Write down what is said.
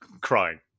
crying